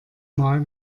mal